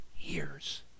years